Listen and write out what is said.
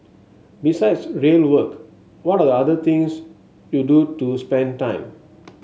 besides real work what are the other things you do to spend time